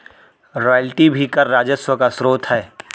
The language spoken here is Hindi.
रॉयल्टी भी कर राजस्व का स्रोत है